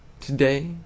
Today